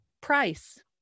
price